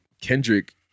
Kendrick